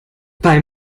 beim